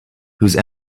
whose